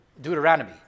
Deuteronomy